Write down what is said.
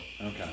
Okay